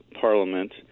Parliament